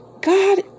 God